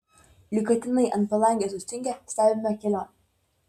lyg katinai ant palangės sustingę stebime kelionę